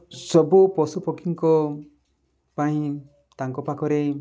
ସବୁ ପଶୁପକ୍ଷୀଙ୍କ ପାଇଁ ତାଙ୍କ ପାଖରେ